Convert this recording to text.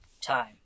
time